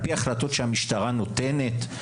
על פי החלטות שהמשטרה נותנת.